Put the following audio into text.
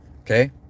okay